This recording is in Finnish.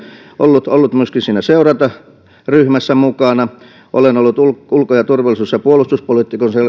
ollut ollut myöskin siinä seurantaryhmässä mukana olen ollut ollut ulko ja turvallisuus ja puolustuspoliittisen